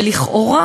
שלכאורה,